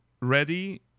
Ready